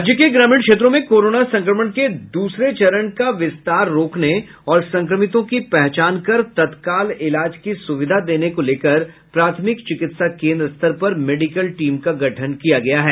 राज्य के ग्रामीण क्षेत्रों में कोरोना संक्रमण के दूसरे चरण का विस्तार रोकने और संक्रमितों की पहचान कर तत्काल इलाज की सुविधा देने को लेकर प्राथमिक चिकित्सा केन्द्र स्तर पर मेडिकल टीम का गठन किया गया है